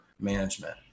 management